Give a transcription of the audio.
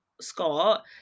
scott